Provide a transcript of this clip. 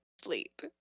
Sleep